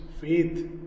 faith